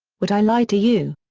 would i lie to you,